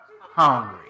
Hungry